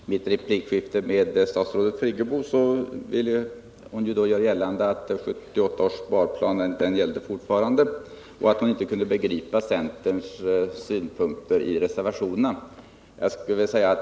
Herr talman! I mitt replikskifte med statsrådet Friggebo ville hon göra gällande att 1978 års sparplan fortfarande gällde och att hon inte kunde begripa centerns synpunkter i reservationerna.